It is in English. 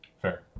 Fair